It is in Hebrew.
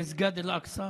במסגד אל-אקצא,